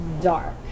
dark